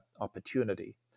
opportunity